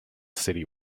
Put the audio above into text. city